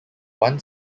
one